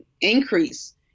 increase